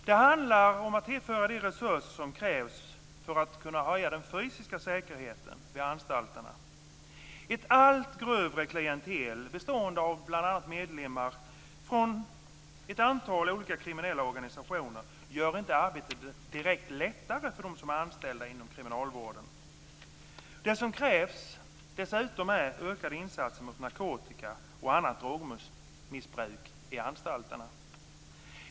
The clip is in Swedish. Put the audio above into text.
Det handlar om att tillföra de resurser som krävs för att kunna höja den fysiska säkerheten vid anstalterna. Ett allt grövre klientel, bestående av bl.a. medlemmar från ett antal olika kriminella organisationer, gör inte arbetet direkt lättare för dem som är anställda inom kriminalvården. Det som dessutom krävs är ökade insatser mot narkotika och annat drogmissbruk i anstalterna.